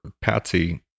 Patsy